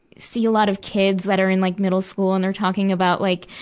see a lot of kids that are in like middle school and they're talking about like,